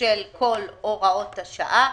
של כל הוראות השעה,